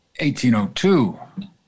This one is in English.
1802